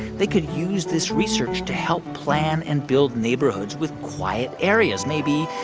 they could use this research to help plan and build neighborhoods with quiet areas, maybe,